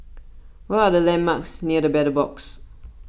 what are the landmarks near the Battle Box